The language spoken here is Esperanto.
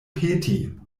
peti